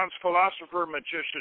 philosopher-magician